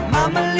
Mama